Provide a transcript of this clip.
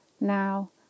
now